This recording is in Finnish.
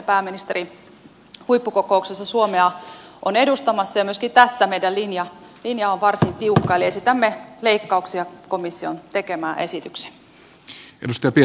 pääministeri on huippukokouksessa suomea edustamassa ja myöskin tässä meidän linja on varsin tiukka eli esitämme leikkauksia komission tekemään esitykseen